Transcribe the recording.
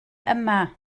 yma